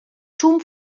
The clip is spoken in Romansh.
tschun